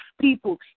people